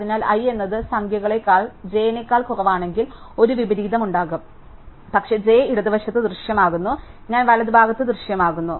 അതിനാൽ i എന്നത് സംഖ്യകളേക്കാൾ j നേക്കാൾ കുറവാണെങ്കിൽ ഒരു വിപരീതമുണ്ടാകും പക്ഷേ j ഇടതുവശത്ത് ദൃശ്യമാകുന്നു ഞാൻ വലതുഭാഗത്ത് ദൃശ്യമാകുന്നു